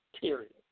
Period